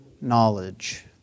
knowledge